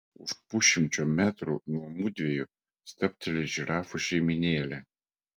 už pusšimčio metrų nuo mudviejų stabteli žirafų šeimynėlė